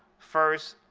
first,